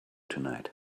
tonight